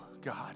God